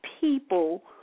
people